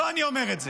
לא אני אומר את זה,